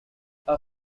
her